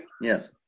yes